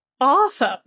awesome